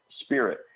spirit